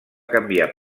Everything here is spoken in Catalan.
canviar